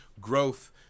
growth